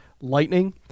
lightning